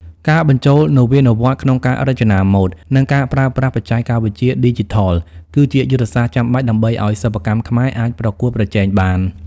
ការបញ្ចូលនវានុវត្តន៍ក្នុងការរចនាម៉ូដ និងការប្រើប្រាស់បច្ចេកវិទ្យាឌីជីថល គឺជាយុទ្ធសាស្ត្រចាំបាច់ដើម្បីឱ្យសិប្បកម្មខ្មែរអាចប្រកួតប្រជែងបាន។